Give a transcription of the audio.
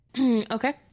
Okay